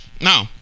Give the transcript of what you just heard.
No